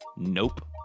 Nope